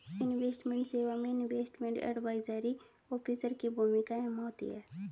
investment सेवा में investment advisory officer की भूमिका अहम होती है